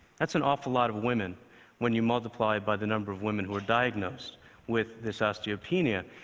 that's an awful lot of women when you multiply by the number of women who were diagnosed with this osteopenia.